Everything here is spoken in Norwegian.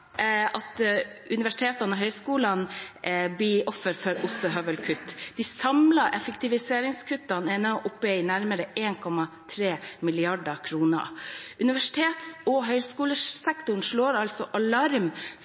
offer for flate ostehøvelkutt. De samlede effektiviseringskuttene er nå oppe i nærmere 1,3 mrd. kr. Universitets- og høyskolesektoren slår alarm